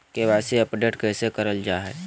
KYC update कैसे करल जाहै?